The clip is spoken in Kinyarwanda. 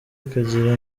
ikagira